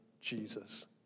Jesus